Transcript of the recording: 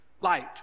light